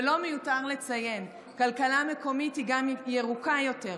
ולא מיותר לציין: כלכלה מקומית היא גם ירוקה יותר,